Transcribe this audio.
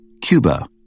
Cuba